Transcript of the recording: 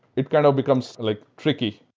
it kind of becomes like tricky.